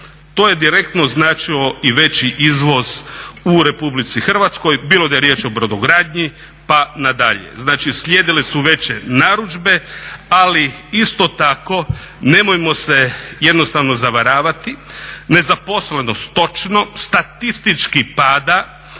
to je direktno značilo i veći izvoz u RH bilo da je riječ o brodogradnji pa nadalje, znači uslijedile su veće narudžbe. Ali isto tako nemojmo se jednostavno zavaravati nezaposlenost točno, statistički pada,